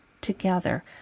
together